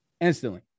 instantly